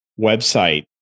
website